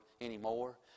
anymore